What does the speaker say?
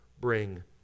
bring